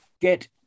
get